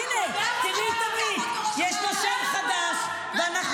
יצחק עמית, אולי יצחק עמית.